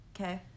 Okay